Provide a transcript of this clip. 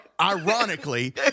ironically